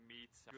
meats